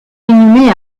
inhumée